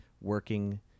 working